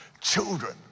children